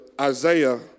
Isaiah